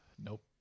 Nope